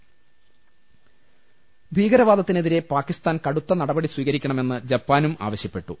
ദ്ദ ഭീകരവാദത്തിനെതിരെ പാകിസ്ഥാൻ കടുത്ത നടപടി സ്വീകരിക്ക ണമെന്ന് ജപ്പാനും ആവശ്യപ്പെട്ടു